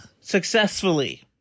Successfully